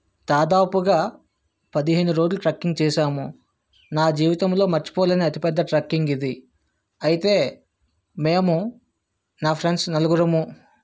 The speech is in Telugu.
దాదాపుగా పదిహేను రోజులు ట్రెక్కింగ్ చేసాము నా జీవితంలో మర్చిపోలేని అతిపెద్ద ట్రెక్కింగ్ ఇది అయితే మేము నా ఫ్రెండ్స్ నలుగురం